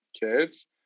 kids